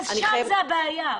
אבל שם זה הבעיה.